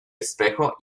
espejo